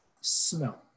smell